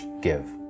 give